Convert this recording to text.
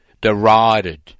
derided